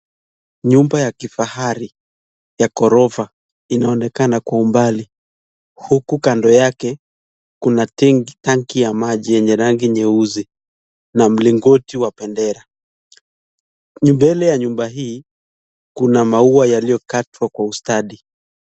Nyumba ya kifahari, ya gorofa, inaonekana kwa umbali, huku kando yake, kuna tenki, tanki ya maji yenye rangi nyeuzi, na mlingoti wa bendera, mbele ya nyumba hii, kuna maua yaliyokatwa kwa ustadi.